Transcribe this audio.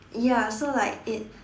ya so like it's